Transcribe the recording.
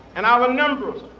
and our numbers,